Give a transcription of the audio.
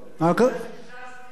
זה בתנאי שש"ס תהיה חזקה.